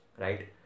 Right